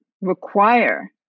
require